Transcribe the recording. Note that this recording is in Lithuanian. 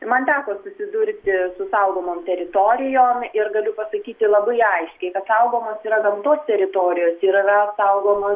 man teko susidurti su saugomom teritorijom ir galiu pasakyti labai aiškiai kad saugomos yra gamtos teritorijos ir yra saugomos